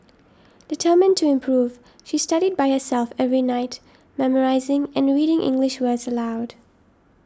determined to improve she studied by herself every night memorising and reading English words aloud